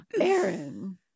Aaron